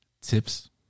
Tips